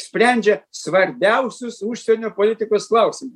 sprendžia svarbiausius užsienio politikos klausimus